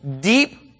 deep